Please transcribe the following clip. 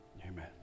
Amen